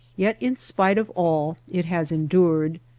yet in spite of all it has endured.